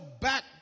back